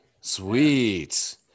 sweet